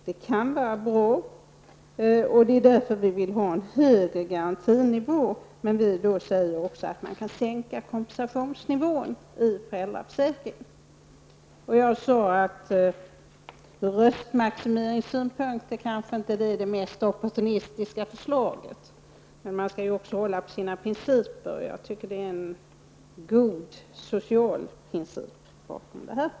Det kan vara bra, och därför vill vi ha en högre garantinivå, samtidigt som man sänker kompensationsnivån i föräldraförsäkringen. Jag sade att det ur röstmaximeringssynpunkt kanske inte är det mest opportunistiska förslaget, men man skall ju också hålla på sina principer, och jag tycker att det bakom detta förslag ligger en god social princip.